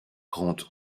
grand